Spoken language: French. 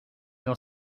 dans